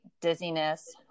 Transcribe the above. dizziness